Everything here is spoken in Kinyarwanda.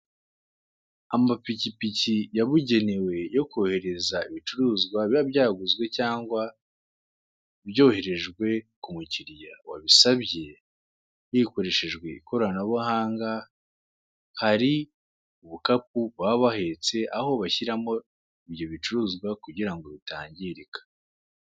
Amapikipiki yabugenewe yo kohereza ibicuruzwa ku mukiriya biba byaguzwe cyangwa byoherejwe ku mukiriya wabisabye, yikoreshejwe ikiranabuhanga hari ubukapu baba bahetse aho bashyiramo ibyo bicuruzwa kugirango bitangirika.